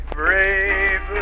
brave